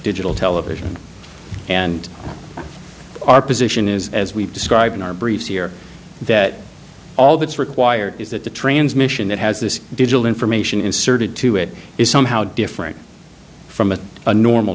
digital television and our position is as we describe in our brief here that all that's required is that the transmission that has this digital information inserted to it is somehow different from a normal